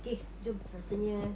okay jom rasanya